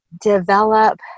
develop